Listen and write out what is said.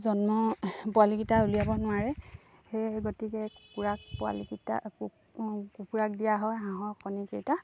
জন্ম পোৱালিকেইটা উলিয়াব নোৱাৰে সেয়েহে গতিকে কুকুৰাক পোৱালিকেইটা কুকুৰাক দিয়া হয় হাঁহৰ কণীকেইটা